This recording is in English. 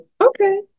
Okay